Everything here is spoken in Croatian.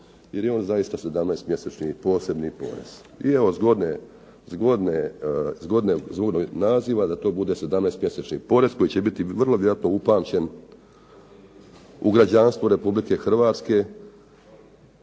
jer je on zaista posebni porez. Evo zgodnog naziva da to bude „sedamnaest mjesečni porez“ koji će biti upamćen u građanstvu Republike Hrvatske